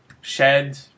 shed